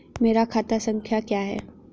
मेरा खाता संख्या क्या है?